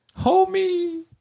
Homie